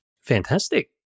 fantastic